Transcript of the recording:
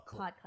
podcast